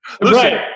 Listen